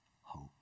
hope